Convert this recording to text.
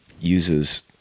uses